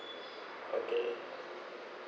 okay